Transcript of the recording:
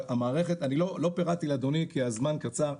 אני לא פרטתי לאדוני כי הזמן קצר.